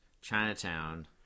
Chinatown